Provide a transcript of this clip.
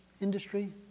industry